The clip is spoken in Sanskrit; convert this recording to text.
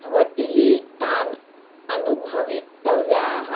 भवद्भिः तान् अनुभवितव्याः